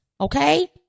okay